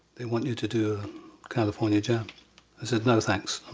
they want you to do california jam. i said, no, thanks.